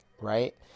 right